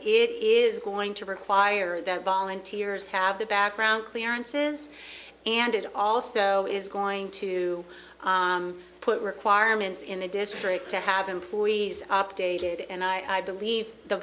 it is going to require that volunteers have the background clearances and it also is going to put requirements in the district to have employees updated and i believe the